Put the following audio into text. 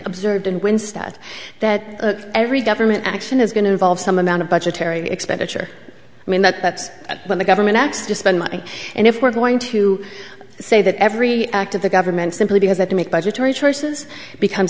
observed and when stat that every government action is going to involve some amount of budgetary expenditure i mean that when the government acts to spend money and if we're going to say that every act of the government simply because that to make budgetary choices becomes